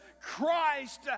christ